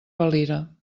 valira